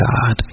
God